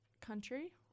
country